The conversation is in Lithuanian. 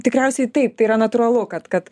tikriausiai taip tai yra natūralu kad kad